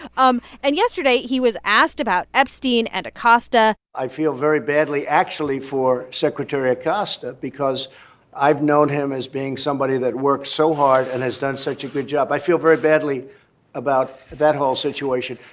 um and yesterday, he was asked about epstein and acosta i feel very badly, actually, for secretary acosta because i've known him as being somebody that works so hard and has done such a good job. i feel very badly about that whole situation.